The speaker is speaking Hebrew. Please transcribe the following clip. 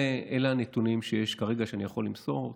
אלה הנתונים שיש כרגע שאני יכול למסור,